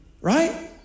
right